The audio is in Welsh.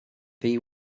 ddi